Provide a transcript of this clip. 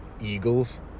Eagles